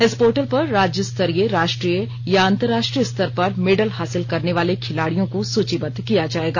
इस पोर्टल पर राज्यस्तरीय राष्ट्रीय या अंतरराष्ट्रीय स्तर पर मेडल हासिल करनेवाले खिलाड़ियों को सूचीबद्व किया जायेगा